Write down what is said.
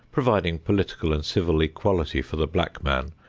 providing political and civil equality for the black man,